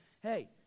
Hey